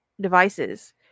devices